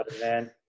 man